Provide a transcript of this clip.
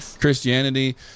Christianity